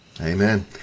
Amen